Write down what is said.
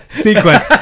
sequence